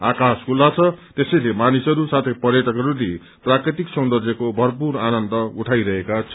आकाश खुल्ला छ त्यसैले मानिसहरू साथै पर्यटकहरूले प्राकृतिक सीन्दर्यको भरपूर आनन्द लिइरहेका छन्